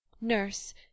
Nurse